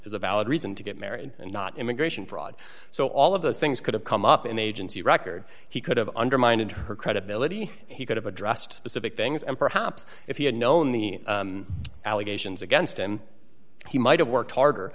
is a valid reason to get married and not immigration fraud so all of those things could have come up in the agency record he could have undermined and her credibility he could have addressed pacific things and perhaps if he had known the allegations against him he might have worked harder